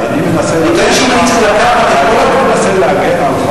אני טוען שאם אני צריך לקחת את כל,